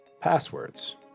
Passwords